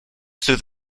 through